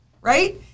right